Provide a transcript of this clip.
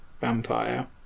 vampire